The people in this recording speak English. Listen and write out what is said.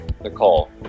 Nicole